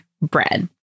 bread